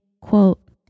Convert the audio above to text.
quote